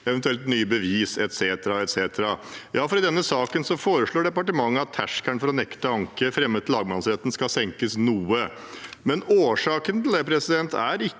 eventuelt nye bevis, etc. – for i denne saken foreslår departementet at terskelen for å nekte anke fremmet til lagmannsretten skal senkes noe. Årsaken til det er ikke